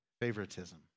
favoritism